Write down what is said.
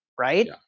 right